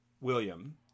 William